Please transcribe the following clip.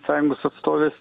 sąjungos atstovės